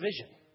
vision